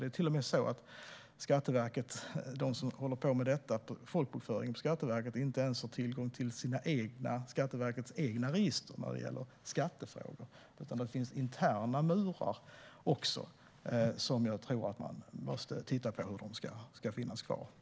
Det är till och med så att de som håller på med folkbokföring hos Skatteverket inte ens har tillgång till Skatteverkets egna register i skattefrågor. Det finns också interna murar som jag tror att man måste titta på om de ska finnas kvar.